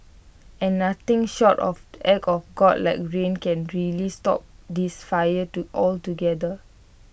and nothing short of act of God like rain can really stop this fire to altogether